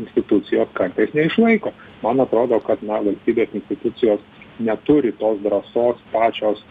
institucijos kartais neišlaiko man atrodo kad na valstybės institucijos neturi tos drąsos pačios